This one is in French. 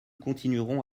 continuerons